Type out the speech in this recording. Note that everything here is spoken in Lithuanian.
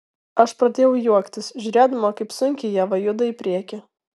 aš pradėjau juoktis žiūrėdama kaip sunkiai ieva juda į priekį